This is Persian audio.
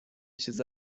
چیز